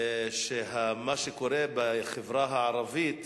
שמה שקורה בחברה הערבית,